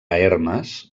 hermes